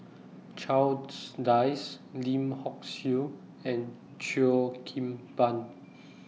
Charles Dyce Lim Hock Siew and Cheo Kim Ban